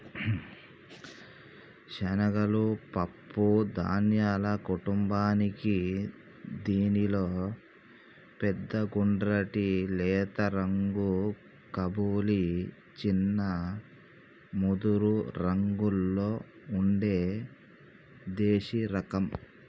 శనగలు పప్పు ధాన్యాల కుటుంబానికీ దీనిలో పెద్ద గుండ్రటి లేత రంగు కబూలి, చిన్న ముదురురంగులో ఉండే దేశిరకం